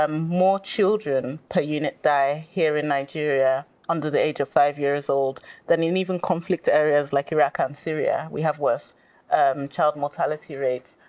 ah more children per unit die here in nigeria under the age of five years old than in even conflict areas like iraq and syria. we have worse child mortality rates.